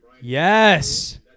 Yes